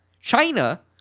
China